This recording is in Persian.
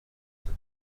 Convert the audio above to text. زده